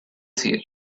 seer